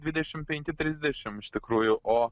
dvidešimt penki trisdešimt iš tikrųjų o